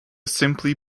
simply